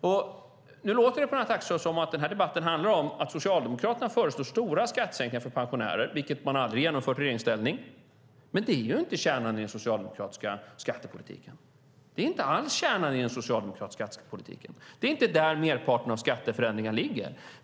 Det låter på Lennart Axelsson som att denna debatt handlar om att Socialdemokraterna föreslår stora skattesänkningar för pensionärer, vilket ni aldrig genomfört i regeringsställning. Men det är inte alls kärnan i den socialdemokratiska skattepolitiken. Det är inte där merparten av skatteförändringarna ligger.